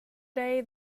day